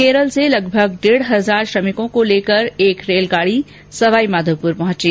केरल से लगभग डेढ हज़ार श्रमिकों को लेकर एक रेलगाड़ी सवाईमाधोपुर पहुंची